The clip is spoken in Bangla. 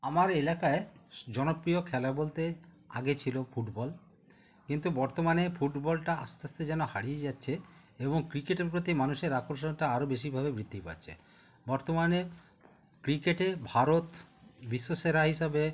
আমার এলাকায় জনপ্রিয় খেলা বলতে আগে ছিলো ফুটবল কিন্তু বর্তমানে ফুটবলটা আস্তে আস্তে যেন হারিয়ে যাচ্ছে এবং ক্রিকেটের প্রতি মানুষের আকর্ষণটা আরো বেশিভাবে বৃদ্ধি পাচ্ছে বর্তমানে ক্রিকেটে ভারত বিশ্বসেরা হিসাবে